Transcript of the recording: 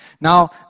Now